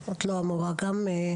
את לא אמורה גם.